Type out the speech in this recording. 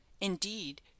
Indeed